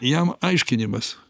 jam aiškinimas